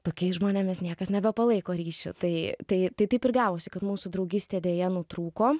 tokiais žmonėmis niekas nebepalaiko ryšio tai tai tai taip ir gavosi kad mūsų draugystė deja nutrūko